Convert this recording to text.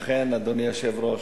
אכן, אדוני היושב-ראש.